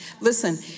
Listen